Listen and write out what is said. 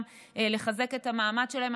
גם לחזק את המעמד שלהם.